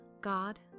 God